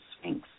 Sphinx